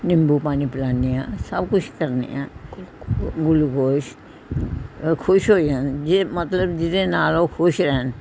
ਨਿੰਬੂ ਪਾਣੀ ਪਿਲਾਉਂਦੇ ਹਾਂ ਸਭ ਕੁਝ ਕਰਦੇ ਹਾਂ ਗੁਲੂਕੋਸ਼ ਖੁਸ਼ ਹੋ ਜਾਨ ਜੇ ਮਤਲਬ ਜਿਹਦੇ ਨਾਲ ਉਹ ਖੁਸ਼ ਰਹਿਣ